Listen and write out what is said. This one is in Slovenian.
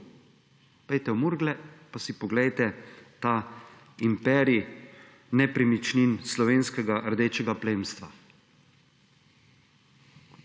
Pojdite v Murgle in si poglejte ta imperij nepremičnin slovenskega rdečega plemstva!